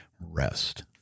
rest